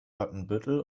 watenbüttel